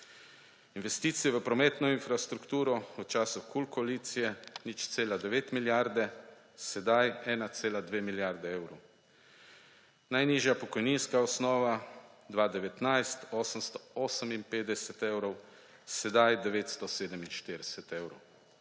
Investicije v prometno infrastrukturo v času KUL koalicije 0,9 milijarde, sedaj 1,2 milijarde evrov. Najnižja pokojninska osnova 2019 858 evrov, sedaj 947 evrov.